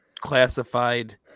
classified